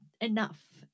enough